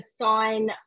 sign